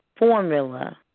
formula